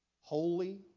holy